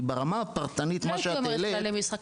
כי ברמה הפרטנית מה שאת העלית --- לא הייתי אומרת כללי משחק,